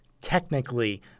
technically